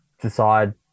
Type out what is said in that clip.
decide